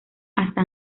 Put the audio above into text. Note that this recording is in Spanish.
hasta